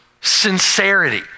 sincerity